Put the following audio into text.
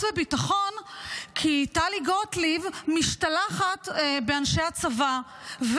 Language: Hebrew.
וביטחון כי טלי גוטליב משתלחת באנשי הצבא,